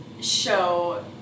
show